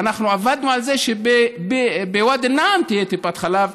אנחנו עבדנו על זה שבוואדי א-נעם תהיה טיפת חלב,